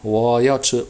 我要吃